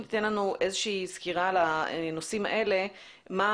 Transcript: תיתן לנו איזושהי סקירה על הנושאים האלה ותאמר,